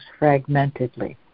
fragmentedly